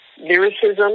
lyricism